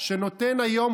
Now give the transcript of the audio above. שנותן היום,